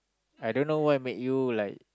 I don't know why make you like